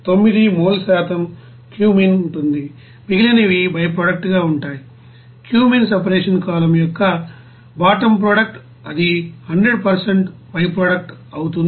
9 mole శాతం cumene ఉంటుంది మిగిలినవి బైప్రొడక్టుగా ఉంటాయి క్యూమెన్ సెపరేషన్ కాలమ్ యొక్కబాటమ్ ప్రోడక్ట్ అది 100బైప్రొడక్టు అవుతుంది